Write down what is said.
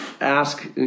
ask –